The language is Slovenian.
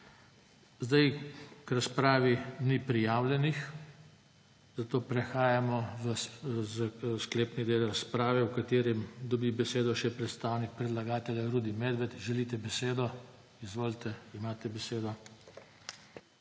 danes. K razpravi ni prijavljenih, zato prehajamo v sklepni del razprave, v katerem dobi besedo še predstavnik predlagatelja Rudi Medved. Želite besedo? (Da.) Izvolite, imate besedo.